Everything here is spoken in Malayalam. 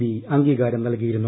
ബി അംഗീകാരം നൽകിയിരുന്നു